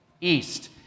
east